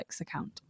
account